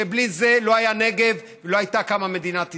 ובלי זה לא היה נגב ולא הייתה קמה מדינת ישראל.